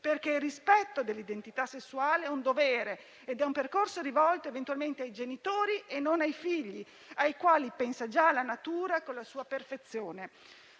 perché il rispetto dell'identità sessuale è un dovere ed è un percorso rivolto eventualmente ai genitori e non ai figli, ai quali pensa già la natura con la sua perfezione.